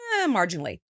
marginally